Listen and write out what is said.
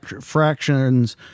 fractions